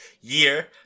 year